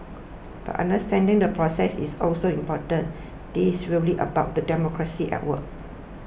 but understanding the process is also important this really about the democracy at work